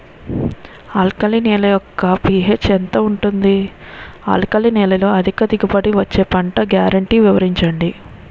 Alkali నేల యెక్క pH ఎంత ఉంటుంది? ఆల్కలి నేలలో అధిక దిగుబడి ఇచ్చే పంట గ్యారంటీ వివరించండి?